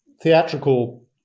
theatrical